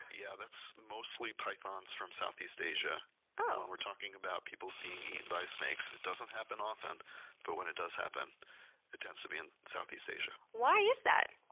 yeah that's mostly pythons from southeast asia when we're talking about people being eaten by snakes. it doesn't happen often but when it does happen it tends to be in southeast asia. why is that?